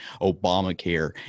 Obamacare